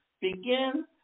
begin